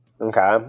Okay